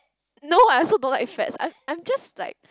no I also don't like fats I'm I'm just like